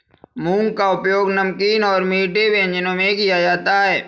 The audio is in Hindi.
मूंग का उपयोग नमकीन और मीठे व्यंजनों में किया जाता है